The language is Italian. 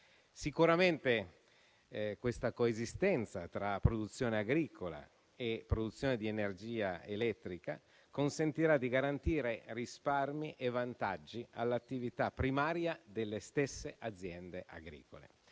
Sicuramente questa coesistenza tra produzione agricola e produzione di energia elettrica consentirà di garantire risparmi e vantaggi all'attività primaria delle stesse aziende agricole.